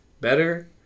better